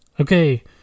okay